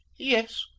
yes.